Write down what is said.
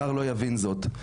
זר לא יבין זאת.